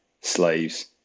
slaves